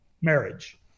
marriage